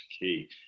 key